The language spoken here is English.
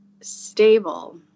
stable